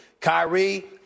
Kyrie